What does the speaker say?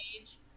age